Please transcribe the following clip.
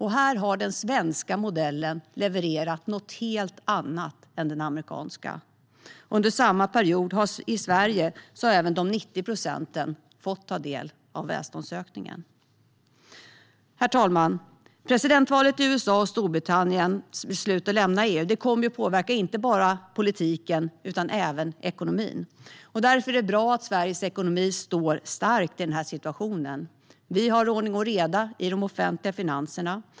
Här har den svenska modellen levererat något helt annat än den amerikanska. Under samma period i Sverige har även de 90 procenten fått ta del av välståndsökningen. Herr talman! Presidentvalet i USA och Storbritanniens beslut att lämna EU kommer att påverka inte bara politiken utan även ekonomin. Därför är det bra att Sveriges ekonomi står stark i den här situationen. Vi har ordning och reda i de offentliga finanserna.